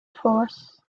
force